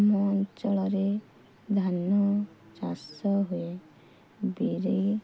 ଆମ ଅଞ୍ଚଳରେ ଧାନ ଚାଷ ହୁଏ ବିରି